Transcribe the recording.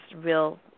real